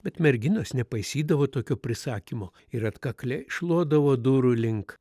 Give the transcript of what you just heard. bet merginos nepaisydavo tokio prisakymo ir atkakliai šluodavo durų link